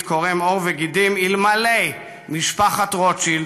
קורם עור וגידים אלמלא משפחת רוטשילד,